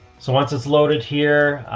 so once it's loaded here, ah,